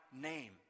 name